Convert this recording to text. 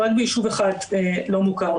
רק בישוב אחד לא מוכר,